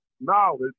knowledge